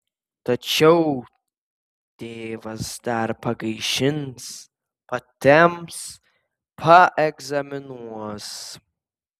tačiau tėvas dar pagaišins patemps paegzaminuos